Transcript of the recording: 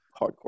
hardcore